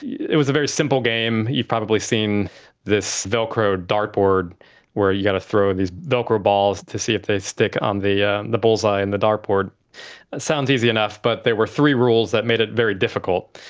yeah it was a very simple game. you've probably seen this velcro dart board where you've got to throw these velcro balls to see if they stick on the ah the bull's-eye on and the dart board. it sounds easy enough, but there were three rules that made it very difficult.